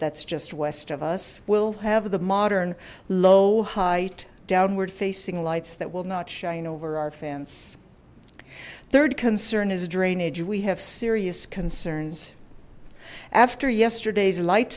that's just west of us will have the modern low height downward facing lights that will not shine over our fence third concern is drainage we have serious concerns after yesterday's light